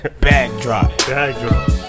backdrop